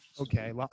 Okay